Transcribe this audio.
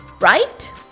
right